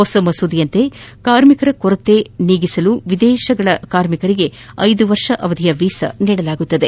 ಹೊಸ ಮಸೂದೆಯಂತೆ ಕಾರ್ಮಿಕರ ತೀವ್ರ ಕೊರತೆ ನೀಗಿಸಲು ವಿದೇಶಗಳ ಕಾರ್ಮಿಕರಿಗೆ ಐದು ವರ್ಷ ಅವಧಿಯ ವೀಸಾ ನೀಡಲಾಗುವುದು